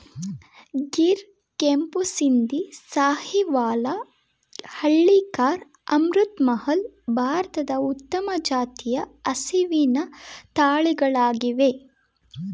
ಗಿರ್, ಕೆಂಪು ಸಿಂಧಿ, ಸಾಹಿವಾಲ, ಹಳ್ಳಿಕಾರ್, ಅಮೃತ್ ಮಹಲ್, ಭಾರತದ ಉತ್ತಮ ಜಾತಿಯ ಹಸಿವಿನ ತಳಿಗಳಾಗಿವೆ